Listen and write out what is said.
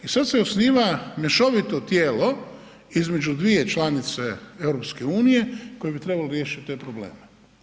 I sada se osniva mješovito tijelo između dvije članice EU koje bi trebalo riješiti te probleme.